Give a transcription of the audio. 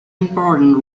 important